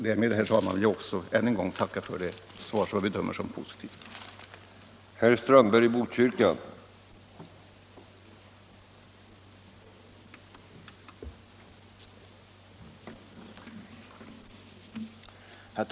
Därmed tackar jag än en gång för det positiva svaret.